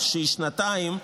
של שנתיים,